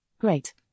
Great